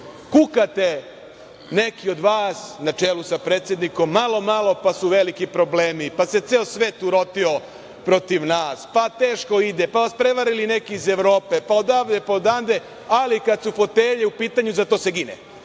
sudi. Kukate, neki od vas, na čelu sa predsednikom, malo, malo pa su veliki problemi, pa se ceo svet urotio protiv nas, pa teško ide, pa vas prevarili neki iz Evrope, pa da odavde, pa odande, ali kada su fotelje u pitanju, za to se gine.